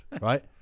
Right